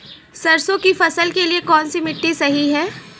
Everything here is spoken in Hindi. सरसों की फसल के लिए कौनसी मिट्टी सही हैं?